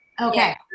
Okay